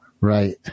Right